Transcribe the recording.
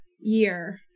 year